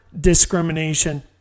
discrimination